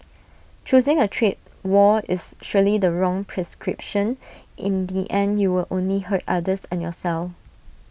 choosing A trade war is surely the wrong prescription in the end you will only hurt others and yourself